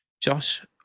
Josh